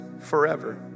forever